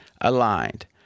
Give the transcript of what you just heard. aligned